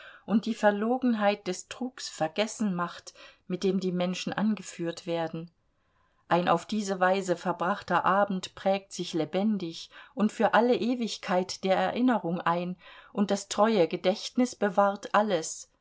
und die verlogenheit des trugs vergessen macht mit dem die menschen angeführt werden ein auf diese weise verbrachter abend prägt sich lebendig und für alle ewigkeit der erinnerung ein und das treue gedächtnis bewahrt alles